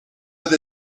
with